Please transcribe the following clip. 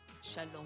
Shalom